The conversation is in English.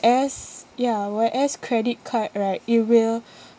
~as ya whereas credit card right it will